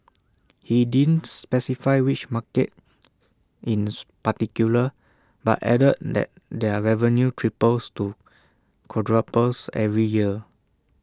he didn't specify which markets in particular but added that their revenue triples to quadruples every year